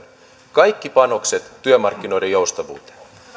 kaikki panokset työmarkkinoiden joustavuuteen